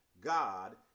God